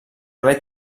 haver